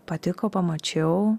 patiko pamačiau